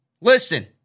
listen